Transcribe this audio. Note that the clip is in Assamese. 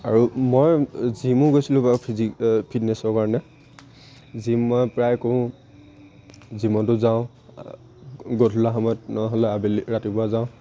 আৰু মই জিমো গৈছিলোঁ বাৰু ফিটনেছৰ কাৰণে জিম মই প্ৰায় কৰোঁ জিমতো যাওঁ গধূলা সময়ত নহ'লে আবেলি ৰাতিপুৱা যাওঁ